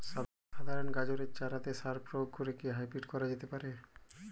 সাধারণ গাজরের চারাতে সার প্রয়োগ করে কি হাইব্রীড করা যেতে পারে?